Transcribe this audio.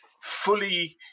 fully